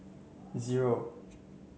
zero